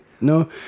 No